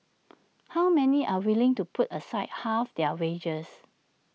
how many are willing to put aside half their wages